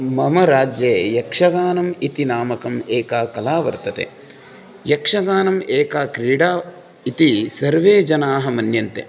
मम राज्ये यक्षगानम् इति नामकम् एका कला वर्तते यक्षगानम् एका क्रीडा इति सर्वे जनाः मन्यन्ते